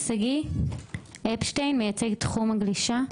שגיא אפשטיין, מייצג תחום גלישה?